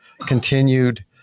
continued